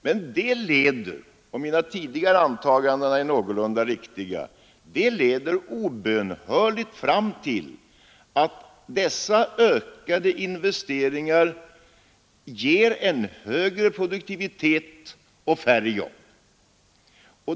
Men det leder, om mina tidigare antaganden är någorlunda riktiga, obönhörligt fram till att dessa ökade investeringar ger en högre produktivitet och färre jobb.